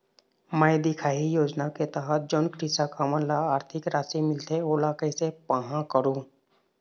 मैं दिखाही योजना के तहत जोन कृषक हमन ला आरथिक राशि मिलथे ओला कैसे पाहां करूं?